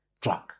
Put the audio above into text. drunk